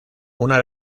una